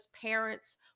parents